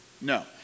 No